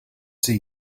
see